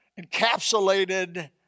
encapsulated